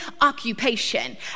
occupation